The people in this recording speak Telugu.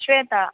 శ్వేతా